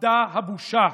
אבדה הבושה.